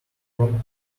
from